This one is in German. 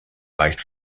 reicht